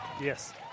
yes